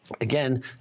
Again